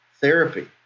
therapy